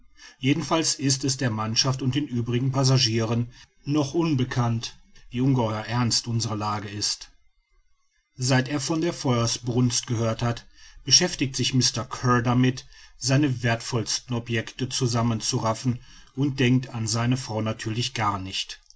jedenfalls ist es der mannschaft und den übrigen passagieren noch unbekannt wie ungeheuer ernst unsere lage ist seit er von der feuersbrunst gehört hat beschäftigt sich mr kear damit seine werthvollsten objecte zusammen zu raffen und denkt an seine frau natürlich gar nicht